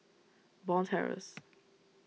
Bond Terrace